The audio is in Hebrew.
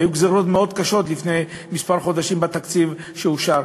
והיו גזירות מאוד קשות לפני כמה חודשים בתקציב שאושר,